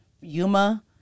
Yuma